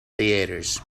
theatres